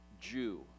jew